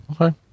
Okay